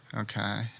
Okay